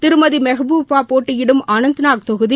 திருமதி மெஹ்பூபா போட்டியிடும் அனந்த்நாக் தொகுதி